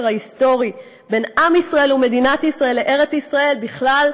ההיסטורי בין עם ישראל ומדינת ישראל לארץ ישראל בכלל,